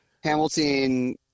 Hamilton